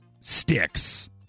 Sticks